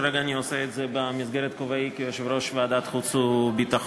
כרגע אני עושה את זה בכובעי כיושב-ראש ועדת החוץ והביטחון.